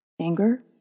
anger